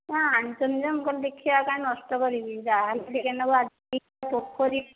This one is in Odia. ହଁ ଆଣିଛନ୍ତି ଯେ ମୁଁ କହିଲି ଦେଖିବା କାହିଁ ନଷ୍ଟ କରିବି ଯାହାହେଲେ ବି କରିବି